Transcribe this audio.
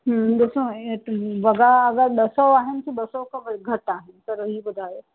हू ॾिसो वॻा अगरि ॿ सौ आहिननि कि ॿ सौ खां घटि आहे ज़रा ही ॿुधायो